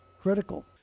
critical